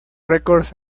records